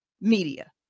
media